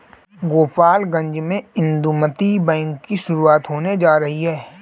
गोपालगंज में इंदुमती बैंक की शुरुआत होने जा रही है